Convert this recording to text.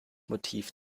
motiv